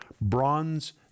Bronze